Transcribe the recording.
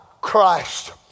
Christ